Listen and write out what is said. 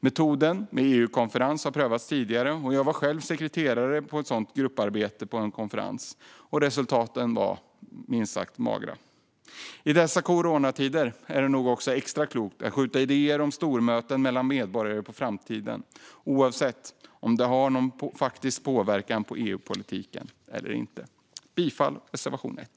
Metoden med EU-konferens har prövats tidigare, och jag var själv sekreterare i ett grupparbete på en konferens. Resultaten var minst sagt magra. I dessa coronatider är det nog extra klokt att skjuta idéer om stormöten mellan medborgare på framtiden, oavsett om de har någon faktisk påverkan på EU-politiken eller inte. Jag yrkar bifall till reservation 1.